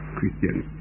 Christians